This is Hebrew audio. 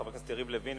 חבר הכנסת יריב לוין,